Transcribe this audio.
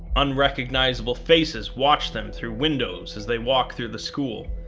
unrecognizable faces watch them through windows as they walk through the school,